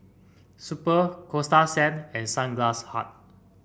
Super Coasta Sand and Sunglass Hut